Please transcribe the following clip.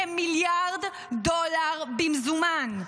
כמיליארד דולר במזומן.